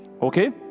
Okay